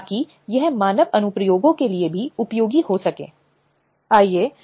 क्या यह यौन उत्पीड़न शब्द के भीतर आएगा